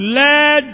let